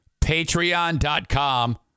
patreon.com